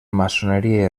maçoneria